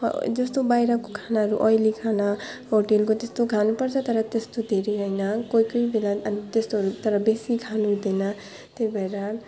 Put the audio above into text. र जस्तो बाहिरको खाना अहिले खाना होटेलको त्यस्तो खानुपर्छ तर त्यस्तो धेरै होइन है कोही कोही बेला अलिक त्यस्तो तर बेसी खानु हुँदैन त्यही भएर